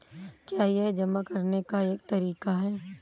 क्या यह जमा करने का एक तरीका है?